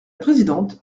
présidente